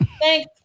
Thanks